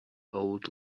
old